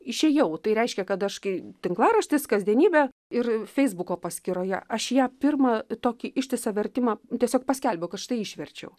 išėjau tai reiškia kad aš kai tinklaraštis kasdienybė ir feisbuko paskyroje aš ją pirmą tokį ištisą vertimą tiesiog paskelbiau kad štai išverčiau